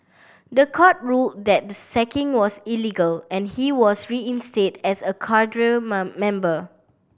the court ruled that the sacking was illegal and he was reinstated as a cadre member